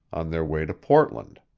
on their way to portland.